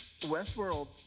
Westworld